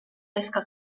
pesca